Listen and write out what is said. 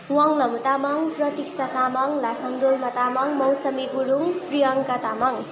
Wang Lama Tamang Pratiksha Tamang Lasang Royala Tamang Mausami Gurung Priyanka Tamang